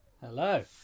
hello